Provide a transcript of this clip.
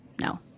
No